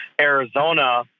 Arizona